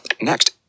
Next